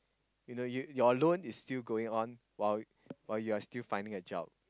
you know you your loan is still going on while while you are still finding a job